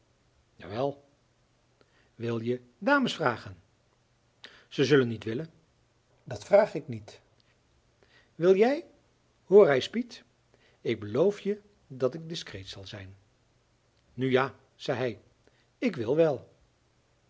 wel wlje dames vragen zij zullen niet willen dat vraag ik niet wil jij hoor reis piet ik beloof je dat ik discreet zal zijn nu ja zei hij ik wil wel